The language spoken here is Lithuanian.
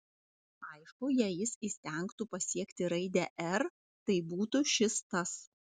aišku jei jis įstengtų pasiekti raidę r tai būtų šis tas